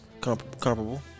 Comparable